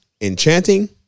enchanting